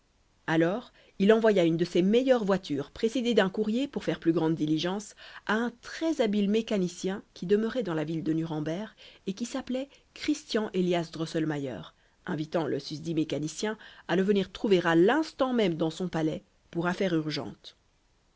alors il envoya une de ses meilleures voitures précédée d'un courrier pour faire plus grande diligence à un très habile mécanicien qui demeurait dans la ville de nuremberg et qui s'appelait christian élias drosselmayer invitant le susdit mécanicien à le venir trouver à l'instant même dans son palais pour affaire urgente